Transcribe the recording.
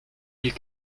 mille